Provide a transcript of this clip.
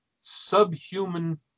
Subhuman